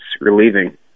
relieving